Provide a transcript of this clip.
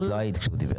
את לא היית כשהוא דיבר.